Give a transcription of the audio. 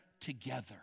together